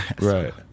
Right